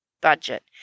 budget